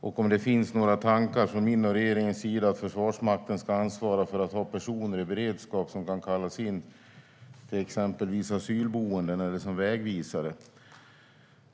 och om det finns några tankar från min och regeringens sida att Försvarsmakten ska ansvara för att ha personer i beredskap som kan kallas in exempelvis till asylboenden eller som vägvisare.